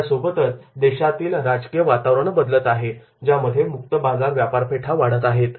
यासोबतच देशांमधील राजकीय वातावरण बदलत आहेत ज्यामध्ये मुक्त व्यापार बाजारपेठा वाढत आहे